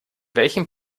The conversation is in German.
welchen